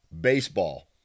Baseball